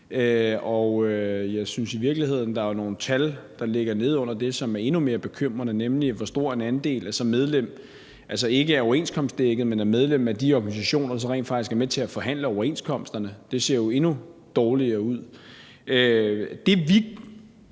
at jeg jo i virkeligheden også synes, der er nogle af de tal, der ligger nedenunder, som er endnu mere bekymrende, nemlig hvor stor en andel der så ikke er overenskomstdækket, men er medlemmer af de organisationer, som rent faktisk er med til at forhandle overenskomsterne. Det ser jo endnu dårligere ud. Det, som vi